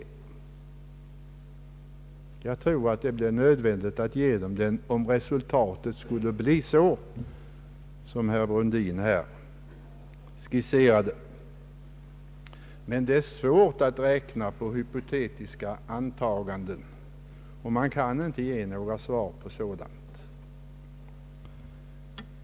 Jag tror att det blir nödvändigt att ge dem den, om resultatet av det träffade avtalet skulle bli sådant som det herr Brundin skisserade. Det är emellertid svårt att räkna med hypotetiska antaganden, och man kan inte ge svar på frågor i det sammanhanget.